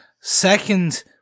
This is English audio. Second